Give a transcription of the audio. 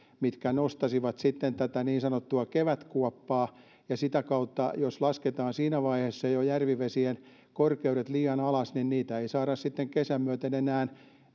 mitkä nostaisivat tätä niin sanottua kevätkuoppaa jos lasketaan jo tässä vaiheessa järvivesien korkeudet liian alas niin niitä ei saada sitten kesän myötä enää